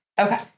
Okay